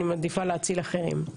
אני מעדיפה להציל אחרים.